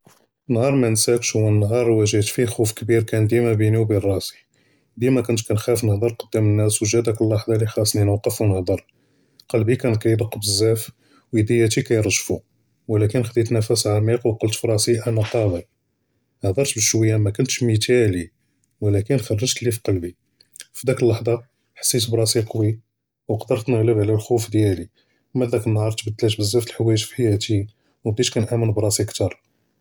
נהאר מןנסאקש הו הנהאר הו ג'ית פי'ה ח'ופ כביר קאן ביני ו ביני ראסי דימה קונט כנח'אף נהדר קדאם אלנאס ו גא דק אלאלחזה אלי ח'סני נוקוף ו נהדר קלבי קאן קידק בזאף ו ידיה קירגפו ו לקין חדית נפס עמיק ו קולט פי ראסי אנא קאדר הודרת בשוויה מקונטש מתאלי ו לקין חרגת לי פי קלבי פי דק אלאלחזה חסת בראסי קווי ו קדרת נגלב עלא אלח'ופ דיאלי מן דק אלנהאר תבדלת בזאף דיאל חוואיג פי חיאתי ו בדית קנאמין בראסי אכתאר.